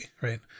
right